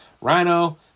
Rhino